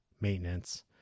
maintenance